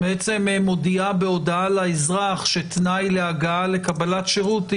מודיעה בהודעה לאזרח שתנאי להגעה לקבלת שירות הוא